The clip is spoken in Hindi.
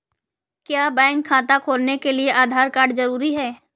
क्या बैंक खाता खोलने के लिए आधार कार्ड जरूरी है?